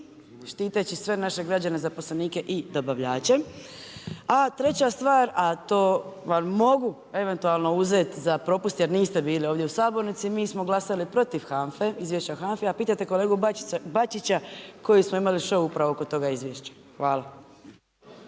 štiteći sve naše građane, zaposlenike i dobavljače. A treća stvar, a to vam mogu eventualno uzeti za propust jer niste bili ovdje u sabornici, mi smo glasali protiv izvješća HAMFA-e. A pitajte kolegu Bačića, koji smo imali šou upravo kod toga izvješća. Hvala.